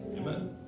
Amen